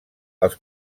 els